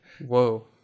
Whoa